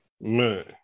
Man